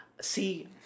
See